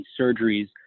surgeries